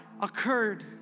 occurred